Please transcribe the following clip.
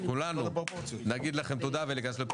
אנחנו כולנו נגיד לכם תודה.